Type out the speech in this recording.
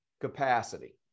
capacity